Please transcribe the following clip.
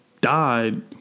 died